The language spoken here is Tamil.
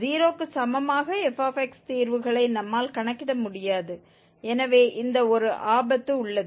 0 க்கு சமமாக f தீர்வுகளை நம்மால் கணக்கிட முடியாது எனவே இந்த ஒரு ஆபத்து உள்ளது